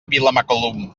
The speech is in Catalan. vilamacolum